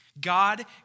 God